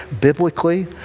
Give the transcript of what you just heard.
biblically